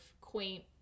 quaint